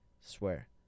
swear